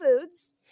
foods